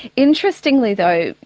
interestingly though,